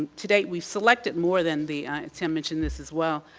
to date we've selected more than the tim mentioned this as well,